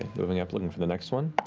moving up, looking for the next one.